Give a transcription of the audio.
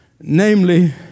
namely